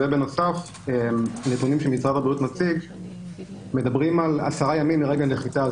ובנוסף נתונים שמשרד הבריאות מציג מדברים על עשרה ימים מרגע נחיתה.